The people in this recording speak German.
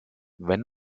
wenn